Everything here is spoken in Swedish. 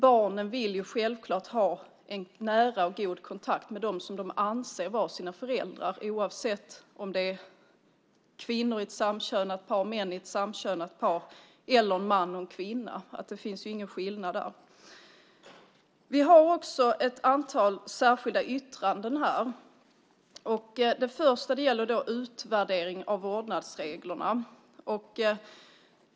Barnen vill självklart ha en nära och god kontakt med dem som de anser vara sina föräldrar, oavsett om det är kvinnor i ett samkönat par, män i ett samkönat par eller en man och en kvinna. Det ska inte finnas någon skillnad där. Vi har också ett antal särskilda yttranden. Det första gäller utvärdering av vårdnadsreglerna.